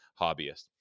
hobbyist